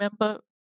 remember